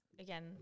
again